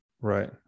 Right